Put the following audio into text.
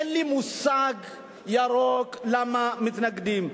אין לי מושג ירוק למה מתנגדים.